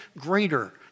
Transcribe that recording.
greater